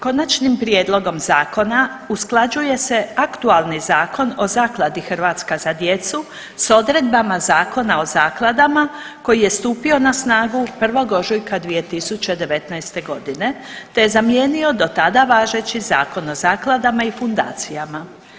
Konačnim prijedlogom zakona usklađuje se aktualni Zakon o Zakladi „Hrvatska za djecu“ s odredbama Zakona o zakladama koji je stupio na snagu 1. ožujka 2019.g. te je zamijenio do tada važeći zakon o zakladama i fundacijama.